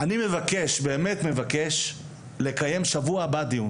אני באמת מבקש לקיים דיון בשבוע הבא.